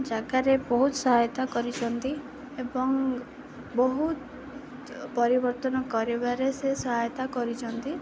ଜାଗାରେ ବହୁତ ସହାୟତା କରିଛନ୍ତି ଏବଂ ବହୁତ ପରିବର୍ତ୍ତନ କରିବାରେ ସେ ସହାୟତା କରିଛନ୍ତି